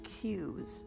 cues